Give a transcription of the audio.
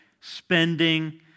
Spending